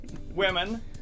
Women